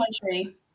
country